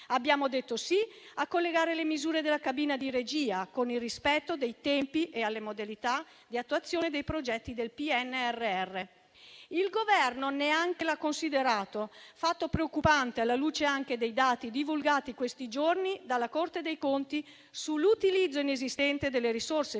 Abbiamo detto sì a collegare le misure della cabina di regia con il rispetto dei tempi e le modalità di attuazione dei progetti del PNRR, ma il Governo neanche l'ha considerato. È un fatto preoccupante alla luce anche dei dati divulgati in questi giorni dalla Corte dei conti sull'utilizzo inesistente delle risorse finanziarie